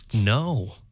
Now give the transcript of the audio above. No